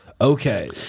Okay